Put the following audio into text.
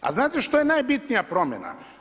A znate šta je najbitnija promjena?